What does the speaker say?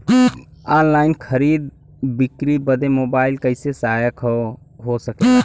Online खरीद बिक्री बदे मोबाइल कइसे सहायक हो सकेला?